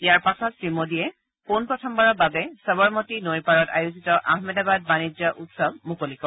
ইয়াৰ পাছত শ্ৰী মোদীয়ে পোনপ্ৰথমবাৰৰ বাবে সাবৰমতি নৈৰ পাৰত আয়োজিত আহমেদাবাদ বাণিজ্য উৎসৱো মুকলি কৰে